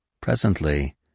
Presently